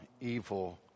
evil